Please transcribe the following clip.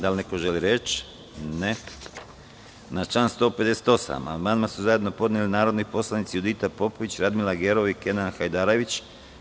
Da li neko želi reč? (Ne) Na član 148. amandman su zajedno podneli narodni poslanici Judita Popović, Radmila Gerov i Kenan Hajdarević.